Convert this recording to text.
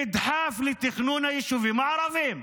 תדחף לתכנון היישובים הערביים.